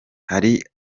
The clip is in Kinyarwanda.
hari